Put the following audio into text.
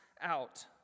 out